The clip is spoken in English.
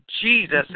Jesus